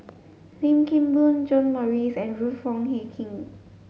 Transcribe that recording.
Lim Kim Boon John Morrice and Ruth Wong Hie King